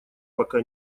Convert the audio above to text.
пока